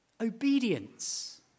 obedience